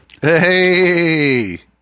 Hey